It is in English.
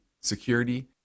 security